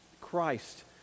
Christ